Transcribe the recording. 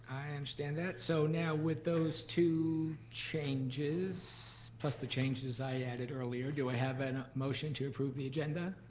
i understand that. so now, with those two changes, plus the changes i added earlier, do i have and a motion to approve the agenda?